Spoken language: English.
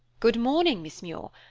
good morning, miss muir.